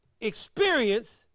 experience